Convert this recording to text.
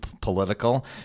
political